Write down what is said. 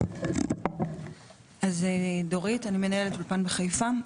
אני דורית, אני מנהלת אולפן בחיפה.